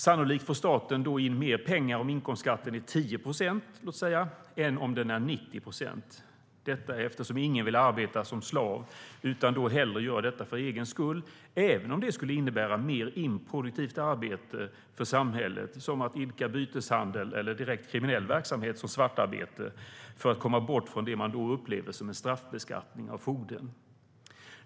Sannolikt får staten in mer pengar om inkomstskatten är 10 procent jämfört med om den är 90 procent. Ingen vill ju arbeta som slav, utan då arbetar man för sin egen skull även om det skulle innebära mer improduktivt arbete för samhället, såsom byteshandel eller direkt kriminell verksamhet och svartarbete - detta för att komma bort från det som man upplever som straffbeskattning.